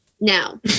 now